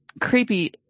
creepy